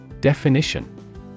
Definition